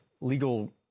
legal